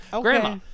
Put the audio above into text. Grandma